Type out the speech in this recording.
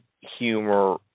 humor